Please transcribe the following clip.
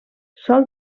sol